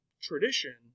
tradition